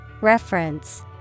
Reference